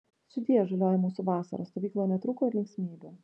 sudie žalioji mūsų vasara stovykloje netrūko ir linksmybių